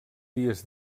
dies